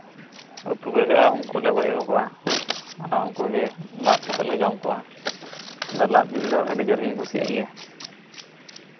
ᱩᱛᱩ ᱞᱟᱜᱟᱜᱼᱟ ᱩᱱᱠᱩ ᱞᱮ ᱜᱚᱡ ᱟᱹᱜᱩ ᱠᱚᱣᱟ ᱟᱨ ᱩᱱᱠᱩ ᱜᱮ ᱞᱟᱫ ᱠᱟᱛᱮᱜ ᱞᱮ ᱡᱚᱢ ᱠᱚᱣᱟ ᱤᱧ ᱫᱚ ᱞᱟᱫ ᱡᱤᱞ ᱫᱚ ᱟᱹᱰᱤ ᱡᱳᱨ ᱜᱤᱧ ᱠᱩᱥᱤᱭᱟᱜ ᱜᱮᱭᱟ